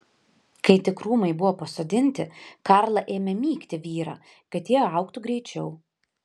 kai tik krūmai buvo pasodinti karla ėmė mygti vyrą kad tie augtų greičiau